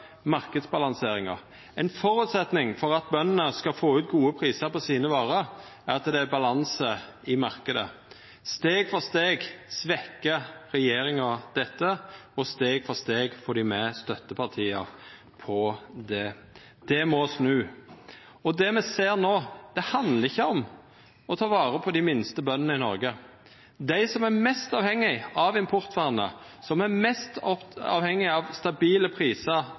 Ein føresetnad for at bøndene skal få gode prisar på varene sine, er at det er balanse i marknaden. Steg for steg svekkjer regjeringa dette, og steg for steg får dei støttepartia med på det. Det må snu. Det me ser no, handlar ikkje om å ta vare på dei minste bøndene i Noreg. Dei som er mest avhengige av importvernet, som er mest avhengige av stabile prisar